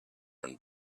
and